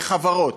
בחברות.